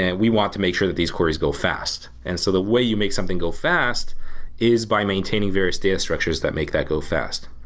and we want to make sure these queries go fast. and so the way you make something go fast is by maintaining various data structures that make that go fast.